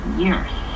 years